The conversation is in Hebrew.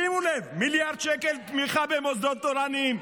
שימו לב, מיליארד שקל תמיכה במוסדות תורניים.